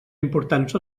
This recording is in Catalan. importants